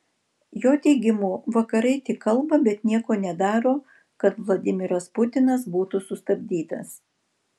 jo teigimu vakarai tik kalba bet nieko nedaro kad vladimiras putinas būtų sustabdytas